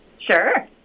Sure